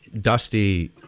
Dusty